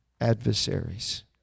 adversaries